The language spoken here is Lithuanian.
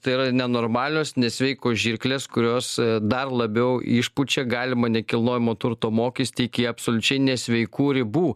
tai yra nenormalios nesveikos žirklės kurios dar labiau išpučia galimą nekilnojamo turto mokestį iki absoliučiai nesveikų ribų